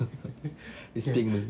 this payment